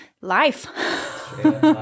life